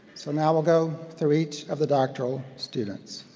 so now we'll go through each of the doctoral students.